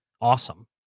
awesome